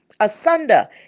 asunder